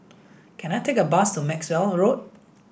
can I take a bus to Maxwell Road